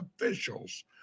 officials